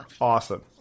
Awesome